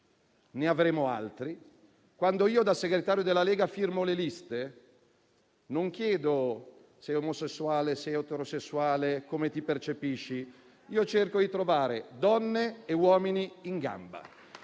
ne avremo altri. Quando io, da segretario della Lega, firmo le liste, non chiedo: «Sei omosessuale? Sei eterosessuale? Come ti percepisci?». Io cerco di trovare donne e uomini in gamba,